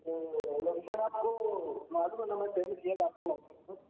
اوہ lump sum آپ کو معلوم ہے نا میں پیمنٹ